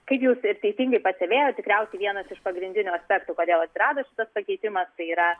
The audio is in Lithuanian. kaip jūs ir teisingai pastebėjot tikriausiai vienas iš pagrindinių aspektų kodėl atsirado šitas pakeitimas tai yra